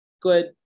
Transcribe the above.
good